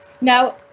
Now